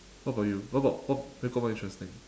what about you what about what make it more interesting